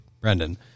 Brendan